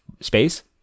space